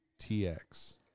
tx